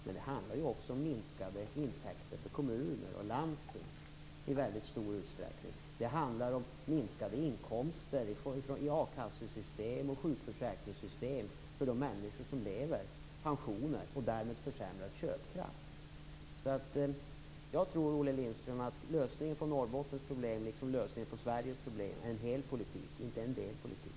Men det handlar också om minskade intäkter för kommuner och landsting. Det handlar om minskade inkomster i a-kassesystem, sjukförsäkringssystem och pensioner - och därmed försämrad köpkraft. Jag tror, Olle Lindström, att lösningen på Norrbottens problem, liksom lösningen på Sveriges problem, är en hel politik - inte en del politik.